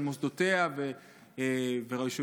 על מוסדותיה ורשויותיה,